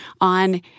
on